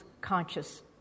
conscious